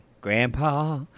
Grandpa